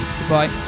Goodbye